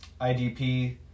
IDP